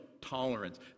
tolerance